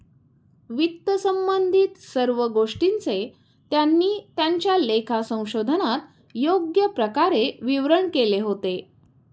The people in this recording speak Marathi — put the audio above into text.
वित्तसंबंधित सर्व गोष्टींचे त्यांनी त्यांच्या लेखा संशोधनात योग्य प्रकारे विवरण केले होते